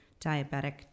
diabetic